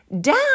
down